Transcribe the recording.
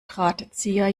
drahtzieher